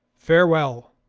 farewell.